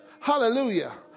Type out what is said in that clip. Hallelujah